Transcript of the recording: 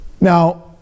Now